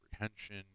apprehension